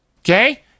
Okay